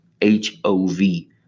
H-O-V